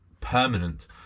permanent